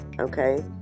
okay